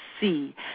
see